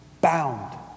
bound